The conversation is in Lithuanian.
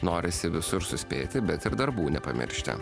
norisi visur suspėti bet ir darbų nepamiršti